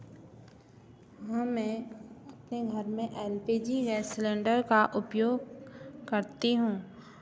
हाँ मैं अपने घर में L P G gas cylinder का उपयोग करती हूँ